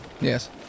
Yes